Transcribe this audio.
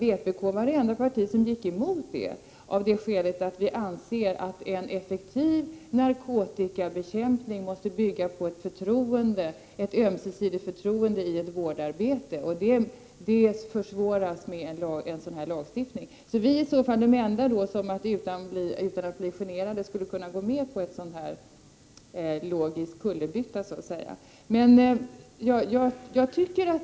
Vpk var det enda parti som gick emot beslutet, av det skälet att vi anser att en effektiv narkotikabekämpning måste bygga på ett ömsesidigt förtroende i ett vårdarbete, och det försvåras med en sådan här lagstiftning. Vi är alltså de enda som utan att bli generade skulle kunna gå med på en sådan här logisk kullerbytta.